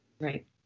Right